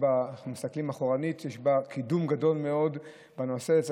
כשמסתכלים אחורה, יש קידום גדול מאוד של הנושא.